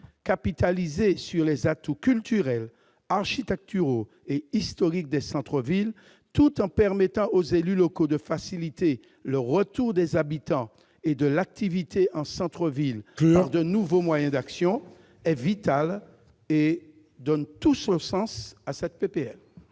capitaliser sur les atouts culturels, architecturaux et historiques des centres-villes » tout en permettant aux « élus locaux de faciliter le retour des habitants et de l'activité en centre-ville par de nouveaux moyens d'action » est vital et donne tout son sens à cette